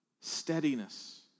steadiness